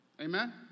Amen